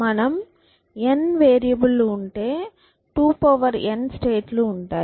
మనకు n variable లు ఉంటే 2n స్టేట్ లు ఉంటాయి